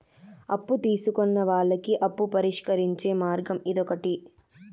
అప్పు తీసుకున్న వాళ్ళకి అప్పు పరిష్కరించే మార్గం ఇదొకటి